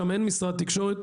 שם אין משרד תקשורת,